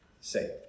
saved